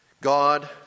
God